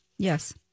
Yes